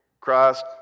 Christ